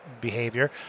behavior